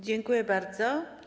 Dziękuję bardzo.